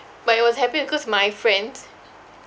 but it was happier cause my friends